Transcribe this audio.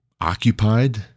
occupied